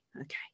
okay